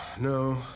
No